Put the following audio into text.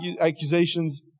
accusations